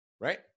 right